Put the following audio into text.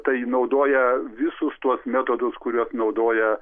tai naudoja visus tuos metodus kuriuos naudoja